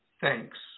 thanks